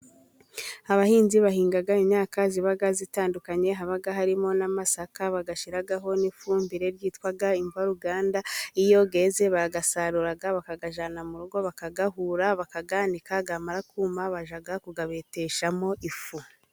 Abahinzi bahinga imyaka ziba zitandukanye, haba harimo n' amasaka bayashyiraho n' ifumbire ryitwa imvaruganda iyo yeze barayasarura, bakayajyana mu rugo, bakayahura, bakayanika, yamara kuma bajya kuyabeteshamo ifu.